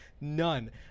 None